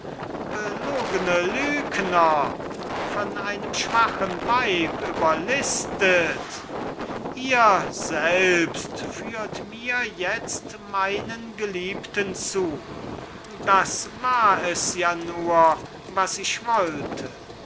lügner von einem schwachen weib überlistet ihr selbst führt mir jetzt meinen geliebten zu das war es ja nur was ich wollte hab